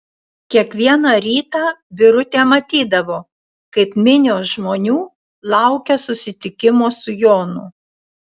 kiekvieną rytą birutė matydavo kaip minios žmonių laukia susitikimo su jonu